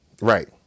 Right